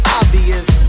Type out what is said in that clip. obvious